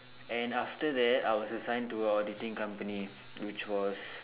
and after that I was assigned to a auditing company which was